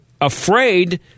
afraid